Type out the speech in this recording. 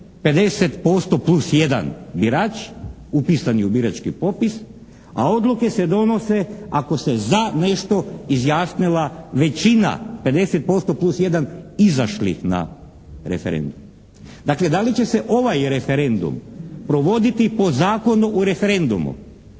50% plus 1 birač upisani u birački popis a odluke se donose ako se za nešto izjasnila većina 50% plus 1 izašlih na referendum. Dakle, da li će se ovaj referendum provoditi po Zakonu o referendumu